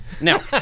Now